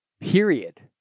period